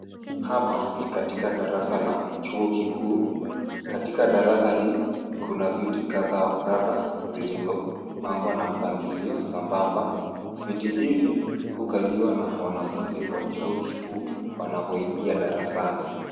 Hapa ni katika darasa la chuo kikuu. Katika darasa hii kuna viti kadhaa wa kadhaa zilizopangwa na mpangilio sambamba. Viti hivi hukaliwa na wanafunzi wa chuo kikuu wanapoingia darasani.